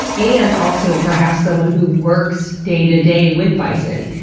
and also perhaps someone who works day to day with bison.